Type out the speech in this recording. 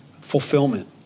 fulfillment